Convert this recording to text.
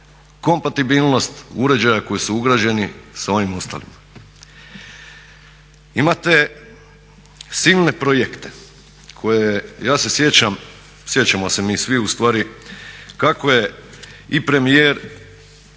kompatibilnost uređaja koji su ugrađeni sa onim ostalima. Imate silne projekte koje ja se sjećam, sjećamo se mi svi ustvari, kako je i premijer